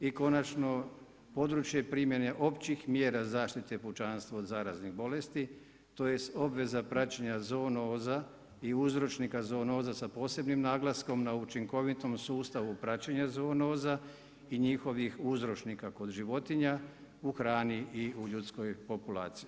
I konačno područje primjene općih mjera zaštite pučanstva zaraznih bolesti tj. obveza praćenja zoonoza i uzročnika zoonoza sa posebnim naglaskom na učinkovitom sustavu praćenja zoonoza i njihovih uzročnika kod životinja u hrani i u ljudskoj populaciji.